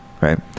Right